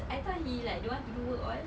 I thought he like don't want to do work all